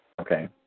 Okay